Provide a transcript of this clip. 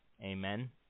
Amen